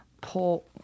pull